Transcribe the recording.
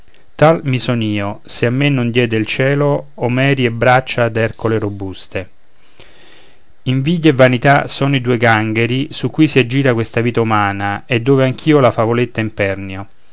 mi son io se a me non diede il cielo omeri e braccia d'ercole robuste invidia e vanità sono i due gangheri su cui si aggira questa vita umana e dove anch'io la favoletta impernio